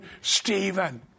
Stephen